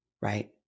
right